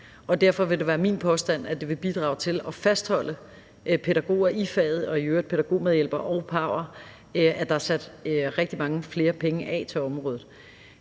derfor vil det være min påstand, at det vil bidrage til at fastholde pædagoger i faget – og i øvrigt pædagogmedhjælpere og pau'er – at der er sat rigtig mange flere penge af til området.